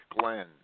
Glenn